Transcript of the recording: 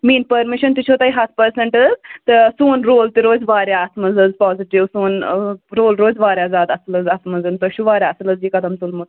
میٛٲنۍ پٔرمِشَن تہِ چھو تۄہہِ ہَتھ پٔرسَنٛٹ حظ تہٕ سون رول تہِ روزِ واریاہ اَتھ منٛز حظ پازِٹِو سون رول روزِ واریاہ زیادٕ اَصٕل حظ اَتھ منٛز تۄہہِ چھُو واریاہ اَصٕل حظ یہِ قدَم تُلمُت